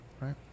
Right